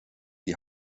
die